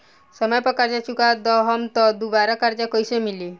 समय पर कर्जा चुका दहम त दुबाराकर्जा कइसे मिली?